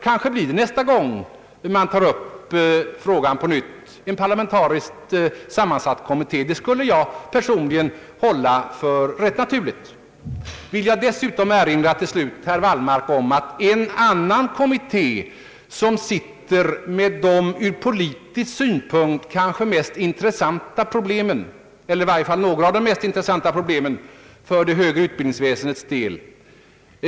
Kanske blir det nästa gång frågan kommer upp en parlamentariskt sammansatt kommitté. Det skulle jag personligen hålla för rätt naturligt. Dessutom vill jag till slut erinra herr Wallmark om en annan kommitté som sysslar med de ur politisk synpunkt kanske mest intressanta problemen — i varje fall några av de mest intressanta problemen — för det högre utbildningsväsendets del.